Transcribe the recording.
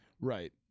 Right